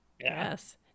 Yes